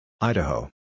Idaho